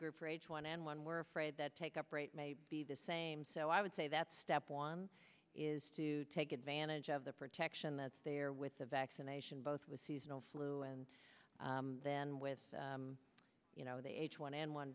group for h one n one we're afraid that take up rate may be the same so i would say that step one is to take advantage of the protection that's there with the vaccination both with seasonal flu and then with you know the h one n one